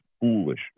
foolish